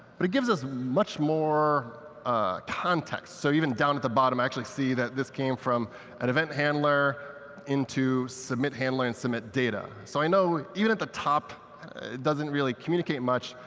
but it gives us much more context. so even down at the bottom, actually see that this came from an event handler into submit handler and submit data. so i know, even at the top, it doesn't really communicate much.